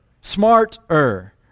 Smarter